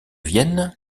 vienne